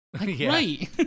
Right